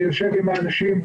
אני יושב עם האנשים,